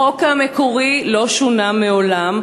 החוק המקורי לא שונה מעולם,